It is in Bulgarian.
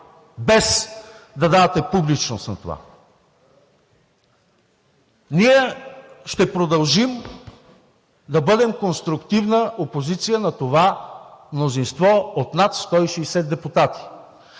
без да давате публичност на това. Ние ще продължим да бъдем конструктивна опозиция на това мнозинство от над 160 депутати.